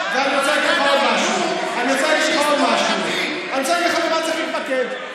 אני רוצה להגיד לכם במה צריך להתמקד,